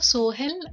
Sohel